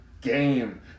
game